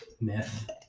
myth